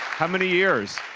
how many years?